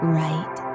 right